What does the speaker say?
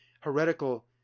heretical